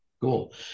Cool